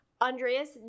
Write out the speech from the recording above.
andreas